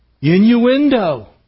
innuendo